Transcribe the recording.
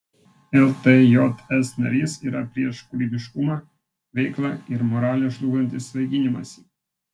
ltjs narys yra prieš kūrybiškumą veiklą ir moralę žlugdantį svaiginimąsi